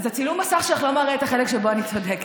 אז צילום המסך שלך לא מראה את החלק שבו אני צודקת,